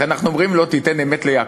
לכן אנחנו אומרים לו: תיתן אמת ליעקב.